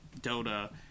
Dota